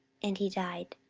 and he died,